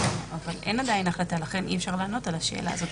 אין עדיין החלטה ולכן אי-אפשר לענות על השאלה הזאת.